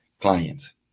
clients